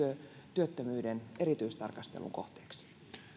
työttömyyden erityistarkastelun kohteeksi